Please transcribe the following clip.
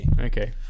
Okay